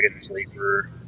Sleeper